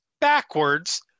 Backwards